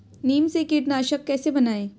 नीम से कीटनाशक कैसे बनाएं?